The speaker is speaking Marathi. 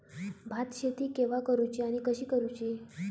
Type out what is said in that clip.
भात शेती केवा करूची आणि कशी करुची?